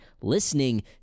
listening